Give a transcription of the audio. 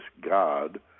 God